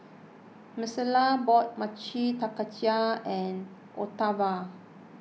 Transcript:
Maricela bought Mochi Taiyaki Octavia